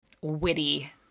witty